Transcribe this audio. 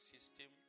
System